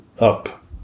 up